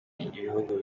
ibihugu